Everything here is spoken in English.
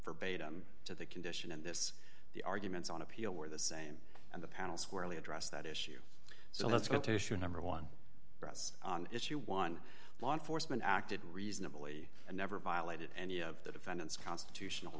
him to the condition in this the arguments on appeal were the same and the panel squarely addressed that issue so let's go to issue number one press on issue one law enforcement acted reasonably and never violated any of the defendant's constitutional